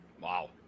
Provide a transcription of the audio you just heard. wow